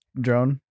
drone